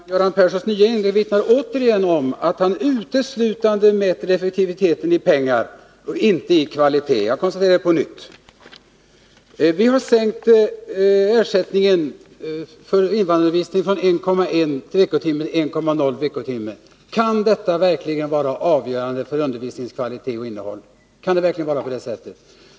Herr talman! Göran Perssons senaste inlägg vittnar också om att han uteslutande mäter effektiviteten i pengar och inte i kvalitet. Jag konstaterar det på nytt. Vi har sänkt ersättningen för invandrarundervisningen från 1,1 veckotimme till 1,0 veckotimme. Kan detta verkligen vara avgörande för undervisningens kvalitet och innehåll?